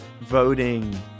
voting